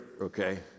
okay